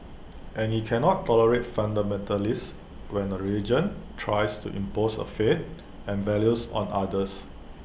and he can not tolerate fundamentalists when A religion tries to impose A faith and values on others